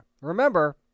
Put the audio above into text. Remember